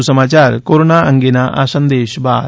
વધુ સમાચાર કોરોના અંગેના આ સંદેશ બાદ